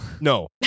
No